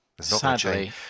Sadly